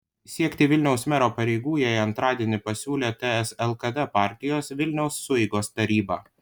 siekti vilniaus mero pareigų jai antradienį pasiūlė ts lkd partijos vilniaus sueigos taryba